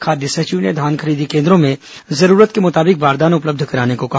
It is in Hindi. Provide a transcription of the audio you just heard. खाद्य सचिव ने धान खरीदी केन्द्रों में जरूरत के मुताबिक बारदाना उपलब्ध कराने को कहा